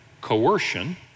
Coercion